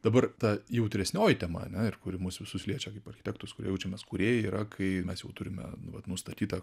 dabar ta jautresnioji tema ane ir kuri mus visus liečia kaip architektus kurie jaučiamės kūrėjai yra kai mes jau turime nu vat nustatytą